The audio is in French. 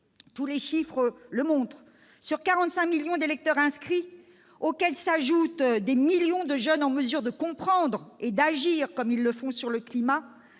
Tous les chiffres le montrent. Sur 45 millions d'électeurs inscrits, auxquels s'ajoutent des millions de jeunes en mesure de comprendre et d'agir, comme ils le font sur le climat,